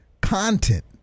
content